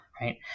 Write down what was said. right